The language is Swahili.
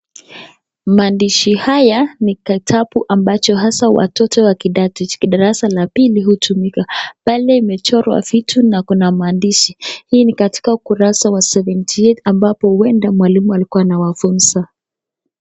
Maandishi haya ni kitabu ambacho hasaa watoto wa darasa la pili hutumia pale imechorwa vitu na kuna maandishi hii ni katika ukurasa wa (cs)seventy eight(cs) ambapo huenda mwalimu alikuwa anawafunza.